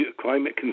climate